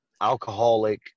alcoholic